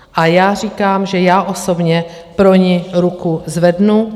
A já říkám, že já osobně pro ni ruku zvednu.